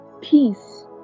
peace